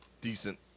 decent